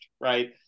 right